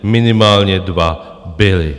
Minimálně dva byly.